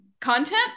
content